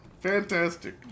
fantastic